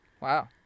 Wow